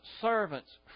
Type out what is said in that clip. servants